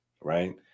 Right